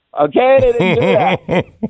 Okay